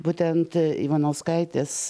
būtent ivanauskaitės